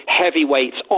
heavyweights